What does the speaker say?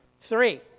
Three